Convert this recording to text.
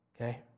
okay